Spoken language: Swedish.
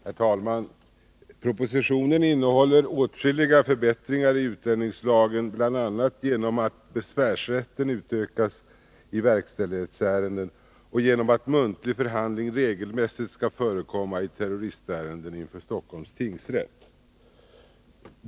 Herr talman! Propositionen innehåller åtskilliga förbättringar i utlänningslagen, bl.a. genom att besvärsrätten utökas i verkställighetsärenden och genom att muntlig förhandling regelmässigt skall förekomma i terroristärenden inför Stockholms tingsrätt.